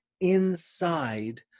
inside